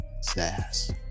SASS